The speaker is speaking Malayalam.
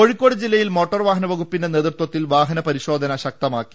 കോഴിക്കോട് ജില്ലയിൽ മോട്ടോർവാഹന വകുപ്പിന്റെ നേതൃത്വത്തിൽ വാഹന പരിശോധന ശക്തമാക്കി